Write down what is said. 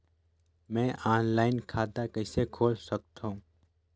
मैं ऑनलाइन खाता कइसे खोल सकथव?